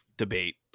debate